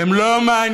הם לא מעניינים,